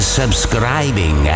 subscribing